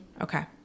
Okay